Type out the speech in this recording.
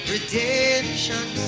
Redemption